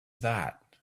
that